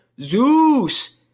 Zeus